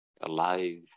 alive